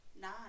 Nine